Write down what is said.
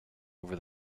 over